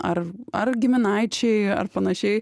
ar ar giminaičiai ar panašiai